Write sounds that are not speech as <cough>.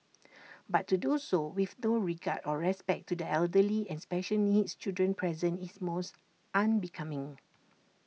<noise> but to do so with no regard or respect to the elderly and special needs children present is most unbecoming